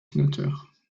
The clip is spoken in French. sénateurs